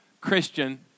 Christian